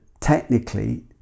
technically